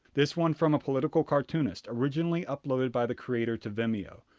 this one from a political cartoonist, originally uploaded by the creator to vimeo.